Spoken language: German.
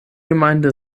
gemeinde